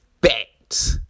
bet